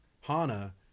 Hana